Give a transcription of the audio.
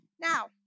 Now